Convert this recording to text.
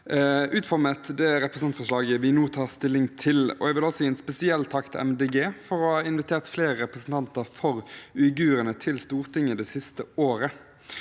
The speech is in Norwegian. utformet det representantforslaget vi nå tar stilling til. Jeg vil også gi en spesiell takk til Miljøpartiet De Grønne for å ha invitert flere representanter for uigurene til Stortinget det siste året.